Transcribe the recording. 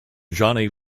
johnny